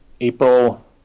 April